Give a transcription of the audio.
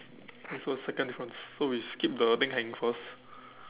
oh so second difference so we skip the thing hanging first